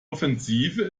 offensive